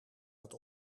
dat